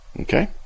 Okay